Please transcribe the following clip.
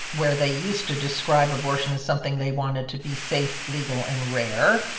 where they used to describe abortion as something they wanted to be safe, legal and rare,